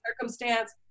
circumstance